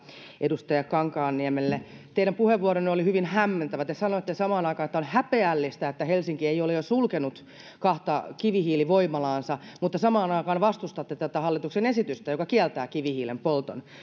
edustaja kankaanniemelle teidän puheenvuoronne oli hyvin hämmentävä te sanoitte että on häpeällistä että helsinki ei ole jo sulkenut kahta kivihiilivoimalaansa mutta samaan aikaan vastustatte tätä hallituksen esitystä joka kieltää kivihiilen polton